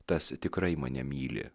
tas tikrai mane myli